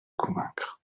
convaincre